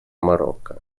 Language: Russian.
марокко